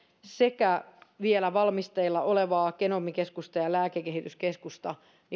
että vielä valmisteilla olevaa genomikeskusta ja lääkekehityskeskusta